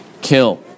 kill